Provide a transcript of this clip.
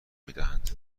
میدهند